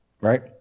right